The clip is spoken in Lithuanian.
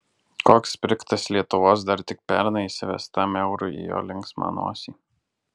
koks sprigtas lietuvos dar tik pernai įsivestam eurui į jo linksmą nosį